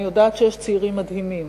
אני יודעת שיש צעירים מדהימים